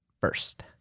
first